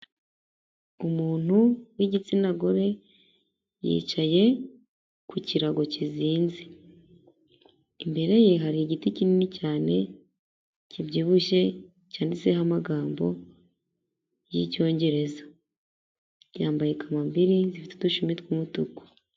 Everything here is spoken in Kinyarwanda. Umuntu w'igitsinagore, yicaye ku kirago kizinze. Imbere ye hari igiti kinini cyane kibyibushye, cyanditseho amagambo y'icyongereza. Yambaye kamambiri zifite udushumi tw'umutuku.